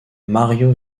mario